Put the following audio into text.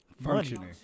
functioning